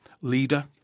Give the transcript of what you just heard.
leader